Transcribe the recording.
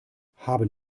haben